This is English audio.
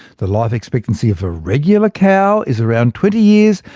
the life expectancy of a regular cow is around twenty years,